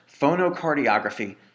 phonocardiography